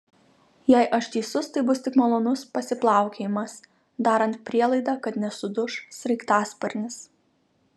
jei aš teisus tai bus tik malonus pasiplaukiojimas darant prielaidą kad nesuduš sraigtasparnis